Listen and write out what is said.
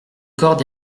corde